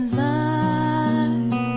love